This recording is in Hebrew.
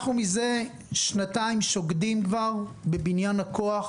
זה שנתיים אנחנו שוקדים כבר בבניין הכוח